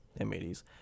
m80s